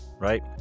Right